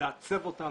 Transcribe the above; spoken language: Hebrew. לעצב אותה,